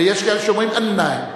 ויש כאלה שאומרים "א-נעם",